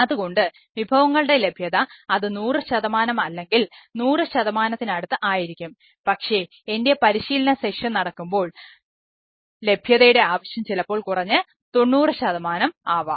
അതുകൊണ്ട് വിഭവങ്ങളുടെ ലഭ്യത അത് 100 അല്ലെങ്കിൽ 100 ശതമാനത്തിനടുത്ത് ആയിരിക്കും പക്ഷേ എൻറെ പരിശീലന സെഷൻ നടക്കുമ്പോൾ അപ്പോൾ ലഭ്യതയുടെ ആവശ്യം ചിലപ്പോൾ കുറഞ്ഞ് 90 ശതമാനം ആവാം